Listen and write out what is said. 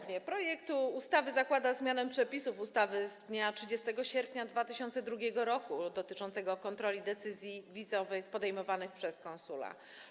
Projekt ustawy zakłada zmianę przepisów ustawy z dnia 30 sierpnia 2002 r. dotyczących kontroli decyzji wizowych podejmowanych przez konsula.